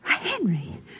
Henry